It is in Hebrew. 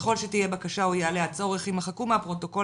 ככל שתהיה בקשה או יעלה הצורך ימחקו מהפרוטוקול